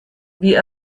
wie